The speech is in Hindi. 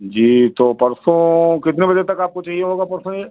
जी तो परसों कितने बजे तक आपको चाहिए होगा परसों यह